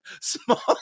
small